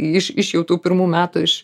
iš iš jau tų pirmų metų iš